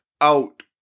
out